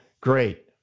Great